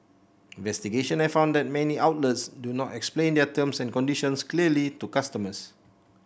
investigations have found that many outlets do not explain their terms and conditions clearly to customers